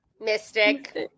mystic